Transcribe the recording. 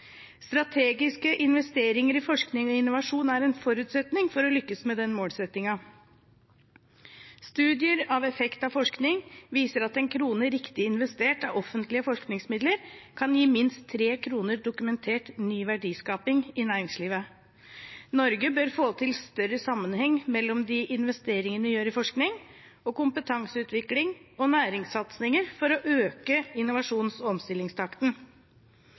Strategiske investeringer i forskning og innovasjon er en forutsetning for å lykkes med den målsettingen. Studier av effekt av forskning viser at 1 kr riktig investert av offentlige forskningsmidler kan gi minst 3 kr dokumentert ny verdiskaping i næringslivet. Norge bør få til større sammenheng mellom de investeringene vi gjør i forskning, kompetanseutvikling og næringssatsinger for å øke innovasjons- og omstillingstakten.